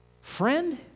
friend